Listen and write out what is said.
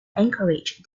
anchorage